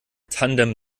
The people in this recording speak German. tandem